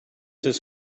his